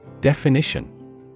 Definition